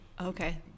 Okay